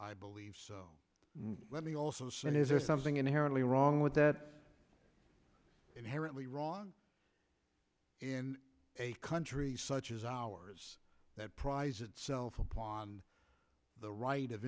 i believe so let me also say and is there something inherently wrong with that inherently wrong in a country such as ours that prides itself upon the right of